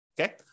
okay